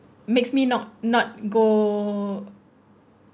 makes me not not go